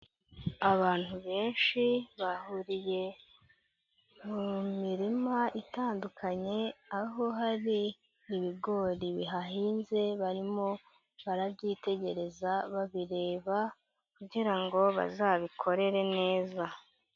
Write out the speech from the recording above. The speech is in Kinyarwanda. Abantu benshi bahuriye mu mirima itandukanye, aho hari ibigori bihahinze, barimo barabyitegereza babireba kugira ngo bazabikorere neza.